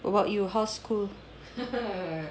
what about you how's school